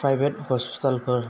private हस्पिटालफोर